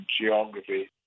geography